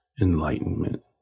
enlightenment